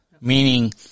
Meaning